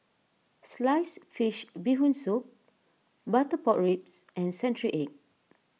Sliced Fish Bee Hoon Soup Butter Pork Ribs and Century Egg